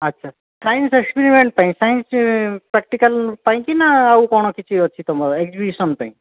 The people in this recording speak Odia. ଆଚ୍ଛା ସାଇନ୍ସ ଏକ୍ସପେରିମେଣ୍ଟ ପାଇଁ ସାଇନ୍ସ ପ୍ରାକ୍ଟିକାଲ ପାଇଁ କି ନା ଆଉ କ'ଣ କିଛି ଅଛି ତୁମର ଏଗ୍ଜିବିସନ୍ ପାଇଁ